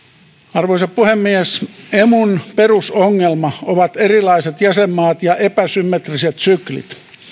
arvoisa puhemies emun perusongelma ovat erilaiset jäsenmaat ja epäsymmetriset syklit